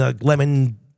lemon